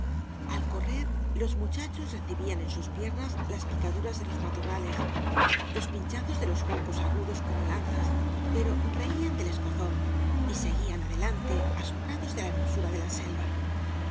al correr los muchachos recibían en sus piernas las picaduras de los matorrales los pinchazos de los juncos agudos como lanzas pero reían dal escozor y seguían adelante asombrados de la hermosura de la sel